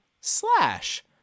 slash